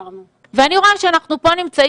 אני אראה את כל ההיגיון, שהנחתי